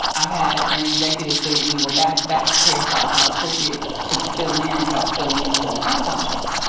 i had an executive say to me, well, that hairstyle is not appropriate to fill in, cause i was filling in for a prime time show.